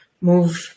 move